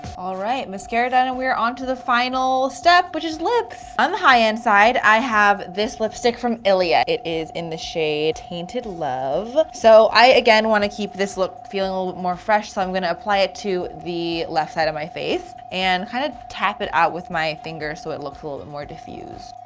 alright mascara done and we're on to the final step which is lips! on the high end side, i have this lipstick from ilia. it is in the shade tainted love. so i again want to keep this look feeling a little more fresh so i'm gonna apply it to the left side of my face. and kind of tap it out with my finger so it looks a little bit more diffused.